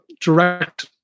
direct